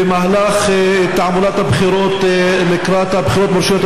במהלך תעמולת הבחירות לקראת הבחירות ברשויות